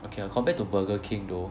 okay ah compared to Burger King though